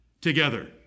together